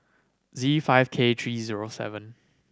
Z five K three O seven